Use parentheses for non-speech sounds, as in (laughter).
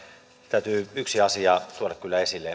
täytyy yksi asia tuoda kyllä esille (unintelligible)